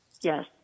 Yes